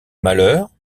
malheur